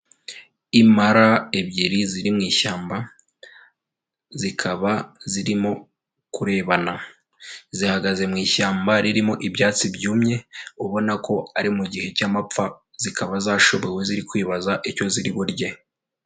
Impala ebyiri ziri mu ishyamba, zikaba zirimo kurebana, zihagaze mu ishyamba ririmo ibyatsi byumye, ubona ko ari mu gihe cy'amapfa, zikaba zashobewe ziri kwibaza icyo ziri burye.